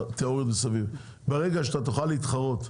ברגע שאתה תוכל להתחרות,